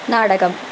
നാടകം